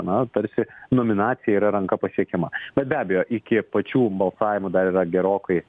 na tarsi nominacija yra ranka pasiekiama bet be abejo iki pačių balsavimų dar yra gerokai o laiko